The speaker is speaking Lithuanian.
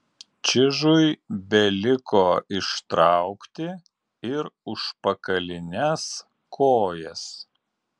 čižui beliko ištraukti ir užpakalines kojas